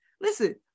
Listen